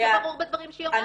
זה ברור בדברים שהיא אומרת.